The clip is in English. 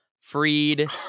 Freed